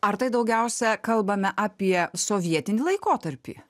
ar tai daugiausia kalbame apie sovietinį laikotarpį